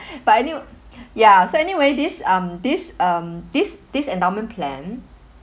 but any~ ya so anyway this um this um this this endowment plan